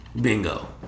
Bingo